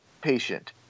patient